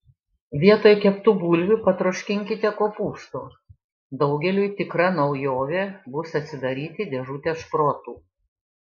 vietoj keptų bulvių patroškinkite kopūstų daugeliui tikra naujovė bus atsidaryti dėžutę šprotų